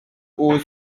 pour